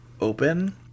open